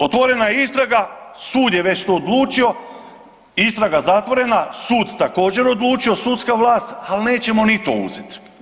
Otvorena je istraga, sud je već tu odlučio, istraga zatvorena, sud također, odlučio, sudska vlast, ali nećemo ni to uzeti.